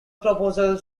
proposals